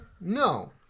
No